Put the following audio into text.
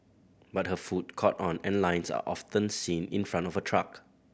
but her food caught on and lines are often seen in front of her truck